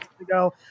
ago